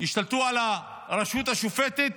ישתלטו על הרשות השופטת,